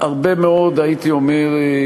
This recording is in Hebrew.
הרבה מאוד, הייתי אומר,